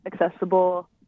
accessible